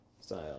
...style